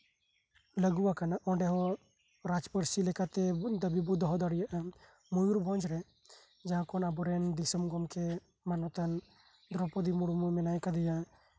ᱞᱟᱜᱩ ᱟᱠᱟᱱᱟ ᱚᱱᱰᱮ ᱦᱚᱸ ᱨᱟᱡᱽ ᱯᱟᱹᱨᱥᱤ ᱞᱮᱠᱟᱛᱮ ᱫᱟᱵᱤ ᱵᱚᱱ ᱫᱚᱦᱚ ᱫᱟᱲᱮᱭᱟᱜᱼᱟ ᱢᱩᱭᱩᱨᱵᱷᱚᱸᱡ ᱨᱮ ᱡᱷᱟᱲᱠᱷᱚᱱᱰ ᱟᱵᱚᱨᱮᱱ ᱫᱤᱥᱚᱢ ᱜᱚᱢᱠᱮ ᱢᱟᱱᱚᱛᱟᱱ ᱫᱨᱳᱯᱚᱫᱤ ᱢᱩᱨᱢᱩ ᱢᱮᱱᱟᱭ ᱠᱟᱫᱮᱭᱟ